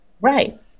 Right